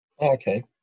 Okay